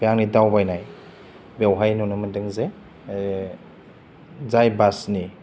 बे आंनि दावबायनाय बेवहाय नुनो मोनदों जे जाय बासनि